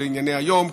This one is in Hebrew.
לענייני היום,